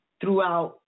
throughout